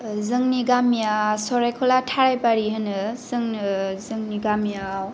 जोंनि गामिआ सरायख'ला थाराइबारि होनो जोंनो जोंनि गामियाव